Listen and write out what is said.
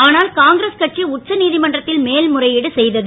ஆனால் காங்கிரஸ் கட்சி உச்சநீதிமன்றத்தில் மேல்முறையீடு செய்தது